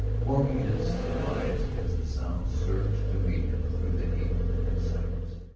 forming his surmise as the sounds surged to meet him through the heat and silence.